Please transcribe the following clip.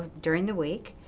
during the week,